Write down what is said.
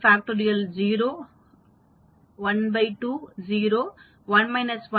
12 0 1 1 2 4 0 அதைத்தான் நான் இங்கு எழுதியுள்ளேன்